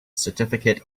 certificate